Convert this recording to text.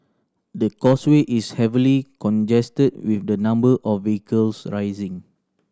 the causeway is heavily congested with the number of vehicles rising